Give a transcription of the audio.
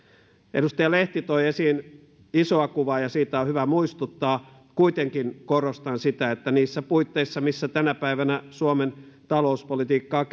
edustaja lehti toi esiin isoa kuvaa ja siitä on hyvä muistuttaa kuitenkin korostan sitä että niissä puitteissa missä tänä päivänä suomen talouspolitiikkaa